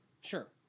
Sure